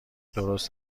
درست